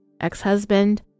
ex-husband